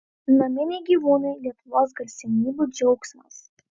naminiai gyvūnai lietuvos garsenybių džiaugsmas